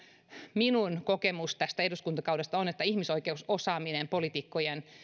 minun kokemukseni tästä eduskuntakaudesta on että ihmisoikeusosaaminen politiikkojen